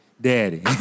daddy